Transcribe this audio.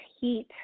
heat